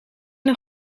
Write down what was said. een